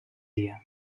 dia